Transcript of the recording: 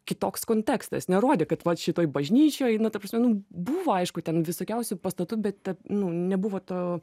kitoks kontekstas nerodė kad vat šitoj bažnyčioj nu ta prasme nu buvo aišku ten visokiausių pastatų bet nu nebuvo to